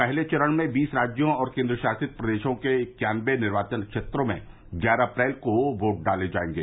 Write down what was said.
पहले चरण में बीस राज्यों और केंद्र शासित प्रदेशों के इक्यानवे निर्वाचन क्षेत्रों में ग्यारह अप्रैल को वोट डाले जाएंगे